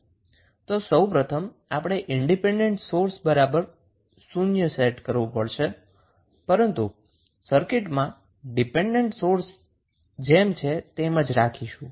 તો સૌ પ્રથમ આપણે ઈન્ડીપેન્ડન્ટ સોર્સ બરાબર શુન્ય સેટ કરવું જોઈશે પરંતુ સર્કિટમાં ડિપેન્ડન્ટ સોર્સ જેમ છે તેમ જ રાખીશું